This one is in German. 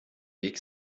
weg